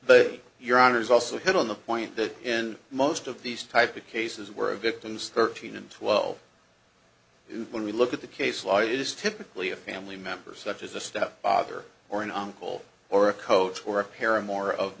but your honour's also hit on the point that in most of these type of cases where victims thirteen and twelve when we look at the case law it is typically a family member such as a step father or an uncle or a coach or a parent more of